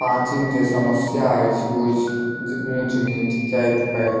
पाँचम जे समस्या अहि ओ अहि ऊंच नीच जाइत पाइत